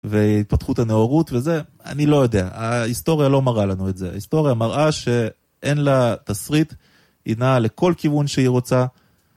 והתפתחות הנאורות וזה, אני לא יודע, ההיסטוריה לא מראה לנו את זה, ההיסטוריה מראה שאין לה תסריט, היא נעה לכל כיוון שהיא רוצה.